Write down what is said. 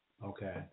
Okay